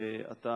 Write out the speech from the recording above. ואתה,